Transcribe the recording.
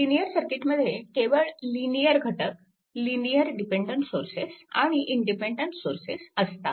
linear सर्किटमध्ये केवळ linear घटक लिनिअर डिपेन्डन्ट सोर्सेस आणि इनडिपेन्डन्ट सोर्सेस असतात